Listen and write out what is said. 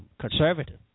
conservative